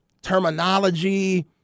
terminology